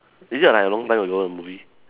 is it like long time ago the movie